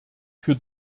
für